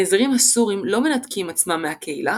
הנזירים הסורים לא מנתקים עצמם מהקהילה